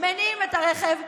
מניעים את הרכב,